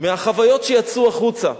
מהחוויות שיצאו החוצה.